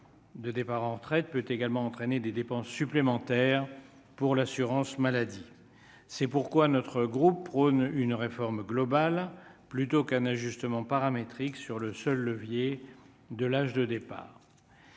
de départ en retraite peut également entraîner des dépenses supplémentaires pour l'assurance maladie, c'est pourquoi notre groupe prône une réforme globale plutôt qu'un ajustement paramétrique sur le seul levier de l'âge de départ,